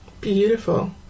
Beautiful